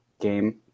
game